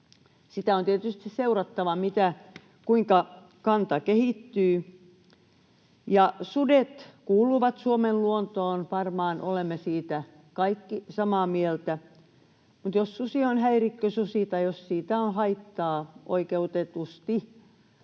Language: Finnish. Sitä on tietysti seurattava, kuinka kanta kehittyy. Sudet kuuluvat Suomen luontoon — varmaan olemme siitä kaikki samaa mieltä — mutta jos susi on häirikkösusi tai siitä on haittaa oikeutetusti